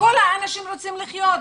כל האנשים רוצים לחיות,